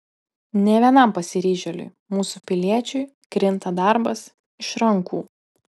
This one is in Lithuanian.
ne vienam pasiryžėliui mūsų piliečiui krinta darbas iš rankų